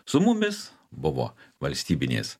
su mumis buvo valstybinės